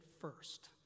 first